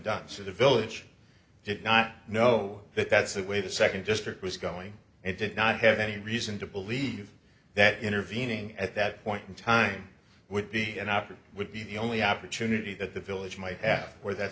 done so the village did not know that that's the way the second district was going and did not have any reason to believe that intervening at that point in time would be an option would be the only opportunity that the village might have or that